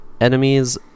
enemies